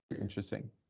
interesting